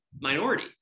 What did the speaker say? minority